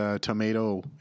Tomato